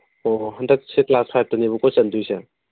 ꯑꯣ ꯍꯟꯗꯛꯁꯦ ꯀ꯭ꯂꯥꯁ ꯐꯥꯏꯚꯇꯅꯦꯕꯀꯣ ꯆꯟꯗꯣꯏꯁꯦ